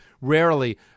Rarely